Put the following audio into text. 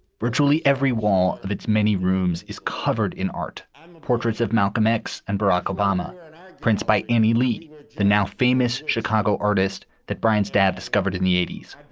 virtually every one of its many rooms is covered in art um ah portraits of malcolm x and barack obama prints by emily, the now famous chicago artist that brian's dad discovered in the eighty s.